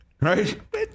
Right